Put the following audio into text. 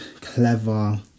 Clever